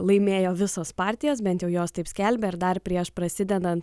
laimėjo visos partijos bent jau jos taip skelbia ir dar prieš prasidedant